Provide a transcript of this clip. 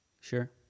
Sure